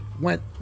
went